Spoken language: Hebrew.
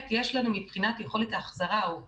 יש לנו מבחינת יכולת ההחזרה או תוכניות,